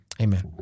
Amen